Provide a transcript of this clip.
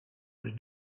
was